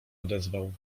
odezwał